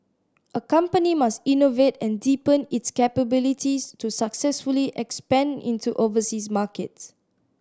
a company must innovate and deepen its capabilities to successfully expand into overseas markets